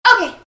Okay